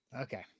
Okay